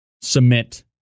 submit